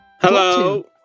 Hello